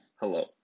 Hello